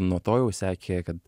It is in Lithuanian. nuo to jau sekė kad